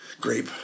Grape